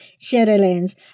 Shadowlands